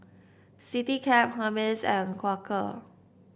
Citycab Hermes and Quaker